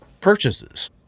purchases